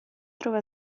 trova